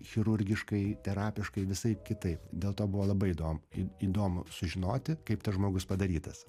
chirurgiškai terapiškai visaip kitaip dėl to buvo labai įdomu į įdomu sužinoti kaip tas žmogus padarytas